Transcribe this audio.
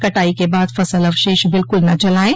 कटाई के बाद फसल अवशेष बिल्कुल न जलाये